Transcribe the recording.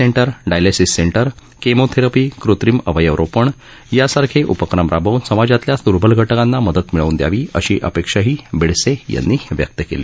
centre dialysis centre chemotherapy कृत्रिम अवयव रोपण यासाठी उपक्रम राबवून समाजातल्या दुर्बल घटकांना मदत मिळवून दयावी अशी अपेक्षाही बेडसे यांनी व्यक्त केली